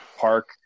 park